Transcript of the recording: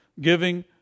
giving